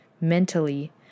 mentally